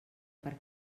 per